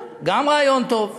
בסדר, גם כן רעיון טוב.